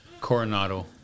Coronado